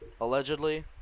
Allegedly